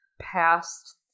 past